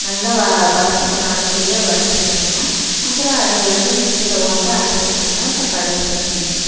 நல்லா வ வறுத்துக்கணும் அதுக்குள்ளையே வறுத்துட்டோமுன்னா அப்புறம் அதே வந்து மிக்சியில போட்டு அரைச்சிட்டோமுன்னா க கடுகு சட்னி